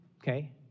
okay